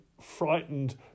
frightened